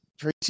Tracy